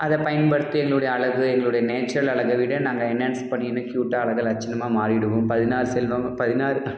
அதை பயன்படுத்தி எங்களுடைய அழகு எங்களுடைய நேச்சுரல் அழக விட நாங்கள் என்ஹான்ஸ் பண்ணி இன்னும் க்யூட்டாக அழகா லட்சணமாக மாறிவிடுவோம் பதினாறு செல்வமும் பதினாறு